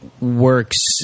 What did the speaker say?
works